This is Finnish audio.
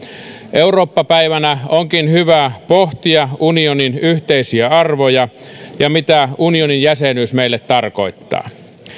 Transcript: eurooppa päivänä onkin hyvä pohtia unionin yhteisiä arvoja ja mitä unionin jäsenyys meille tarkoittaa